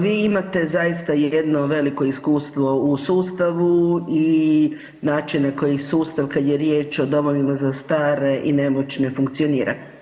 Vi imate zaista jedno veliko iskustvo u sustavu i način na koji sustav kada je riječ o domovima za stare i nemoćne funkcionira.